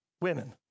women